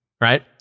Right